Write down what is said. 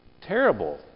terrible